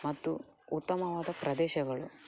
ಮತ್ತು ಉತ್ತಮವಾದ ಪ್ರದೇಶಗಳು